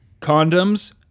condoms